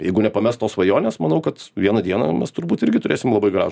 jeigu nepames tos svajonės manau kad vieną dieną mes turbūt irgi turėsim labai gražų